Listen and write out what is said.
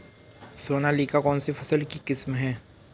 सोनालिका कौनसी फसल की किस्म है?